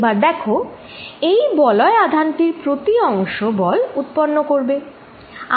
এবার দেখো এই বলয় আধান টির প্রতিটি অংশ বল উৎপন্ন করবে